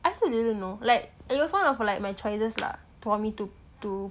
I also didn't know like it was one of my choices lah for me to to